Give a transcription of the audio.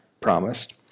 promised